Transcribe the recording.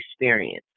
experience